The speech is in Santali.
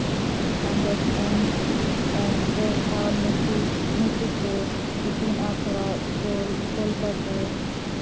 ᱥᱟᱸᱫᱮᱥ ᱮᱢ ᱵᱚᱭᱦᱟ ᱢᱤᱥᱤ ᱢᱤᱥᱤᱠᱚ ᱤᱛᱩᱱ ᱟᱥᱲᱟ ᱠᱳᱞ ᱠᱳᱞᱠᱟᱠᱚ